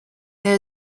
there